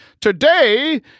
today